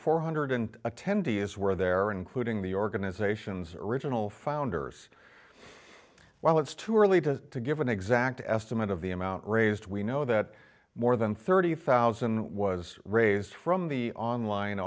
four hundred and attendee is where there are including the organization's original founders well it's too early to give an exact estimate of the amount raised we know that more than thirty thousand was raised from the online